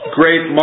great